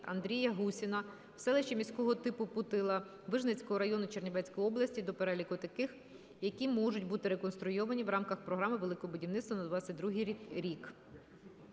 Андрія Гусіна в селищі міського типу Путила Вижницького району Чернівецької області до переліку тих, які можуть бути реконструйовані в рамках Програми "Велике будівництво" у 2022 році.